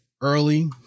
early